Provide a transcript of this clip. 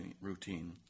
routine